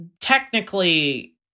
technically